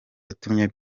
yatumye